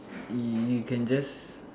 you can just